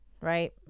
right